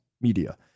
media